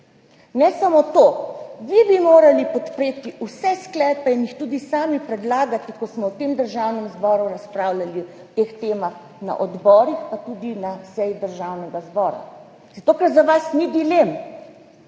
ne samo to, vi bi morali podpreti vse sklepe in jih tudi sami predlagati, ko smo v Državnem zboru razpravljali o teh temah na odborih, pa tudi na seji Državnega zbora. Zato, ker za vas ni dilem